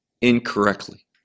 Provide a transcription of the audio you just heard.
incorrectly